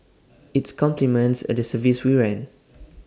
IT complements the service we run